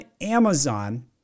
Amazon